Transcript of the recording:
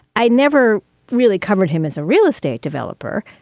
i never really covered him as a real estate developer,